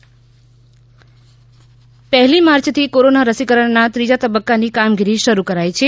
રસીકરણ ાલી માર્ચથી કોરોના રસીકરણના ત્રીજા તબક્કાની કામગીરી શરૂ કરાઈ છે